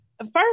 first